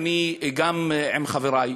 עם חברי,